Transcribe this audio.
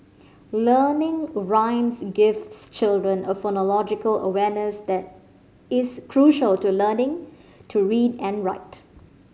learning rhymes gives children a phonological awareness that is crucial to learning to read and write